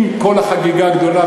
עם כל החגיגה הגדולה,